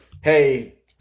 hey